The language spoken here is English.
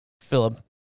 Philip